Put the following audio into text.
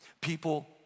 People